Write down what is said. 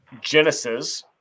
Genesis